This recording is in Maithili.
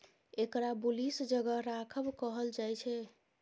एकरा बुलिश जगह राखब कहल जायछे